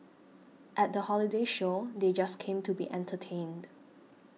at the holiday show they just came to be entertained